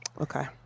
Okay